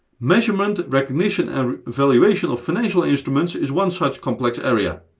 measurement, recognition and valuation of financial instruments is one such complex area.